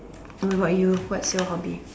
what about you what's your hobby